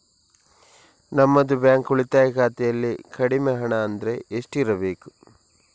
ನಮ್ಮದು ಬ್ಯಾಂಕ್ ಉಳಿತಾಯ ಖಾತೆಯಲ್ಲಿ ಕಡಿಮೆ ಹಣ ಅಂದ್ರೆ ಎಷ್ಟು ಇರಬೇಕು?